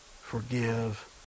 forgive